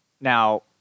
Now